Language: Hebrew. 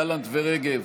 גלנט ורגב,